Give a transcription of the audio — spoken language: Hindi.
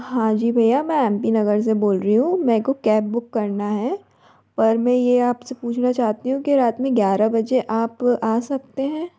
हाँ जी भैया मैं एम पी नगर से बोल रही हूँ मे को कैब बुक करना है पर मैं ये आप से पूछना चाहती हूँ कि रात में ग्यारह बजे आप आ सकते हैं